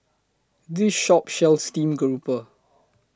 This Shop sells Steamed Garoupa